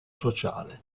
sociale